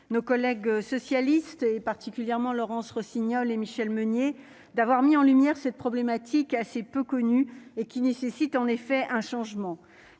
nos collègues socialistes et particulièrement Laurence Rossignol et Michelle Meunier, d'avoir mis en lumière cette problématique assez peu connu et qui nécessite en effet un changement